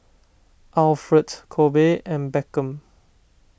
Alfred Kobe and Beckham